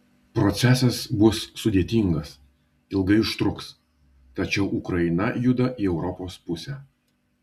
procesas bus sudėtingas ilgai užtruks tačiau ukraina juda į europos pusę